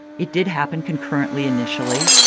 it did happen concurrently initially,